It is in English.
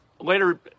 Later